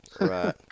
Right